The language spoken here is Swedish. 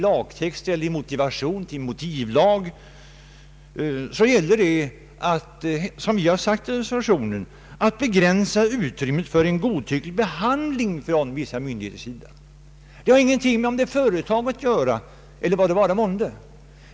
Det gäller, som vi sagt i reservationen, att begränsa utrymmet för en godtycklig behandling från vissa myndigheters sida. Det har ingenting med företag att göra.